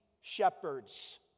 shepherds